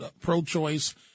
pro-choice